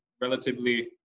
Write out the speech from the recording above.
relatively